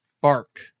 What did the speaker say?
bark